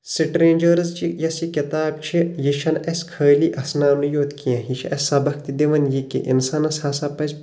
strangers چھِ یۄس یہ کِتاب چھِ یہِ چھنہٕ اسہ خٲلی اسناونے یوت کینٛہہ یہِ چھِ اسہِ سبق تہِ دِوان یہِ کہِ انسانس ہسا پزِ